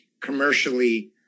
Commercially